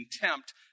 contempt